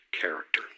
character